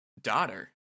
daughter